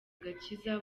agakiza